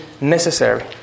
necessary